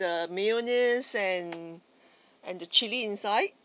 the mayonnaise and and the chilli inside